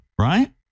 right